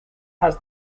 has